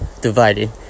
divided